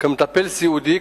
כמטפל סיעודי,